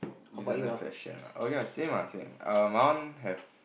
designer fashion ah oh ya same ah same uh my one have